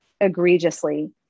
egregiously